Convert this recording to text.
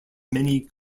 many